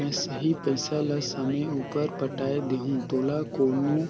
में सही पइसा ल समे उपर पटाए देहूं तोला कोनो